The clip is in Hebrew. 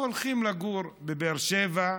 הם הולכים לגור בבאר שבע,